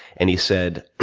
and he said,